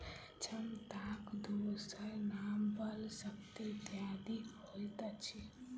क्षमताक दोसर नाम बल, शक्ति इत्यादि होइत अछि